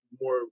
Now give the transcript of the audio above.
more